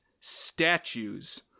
statues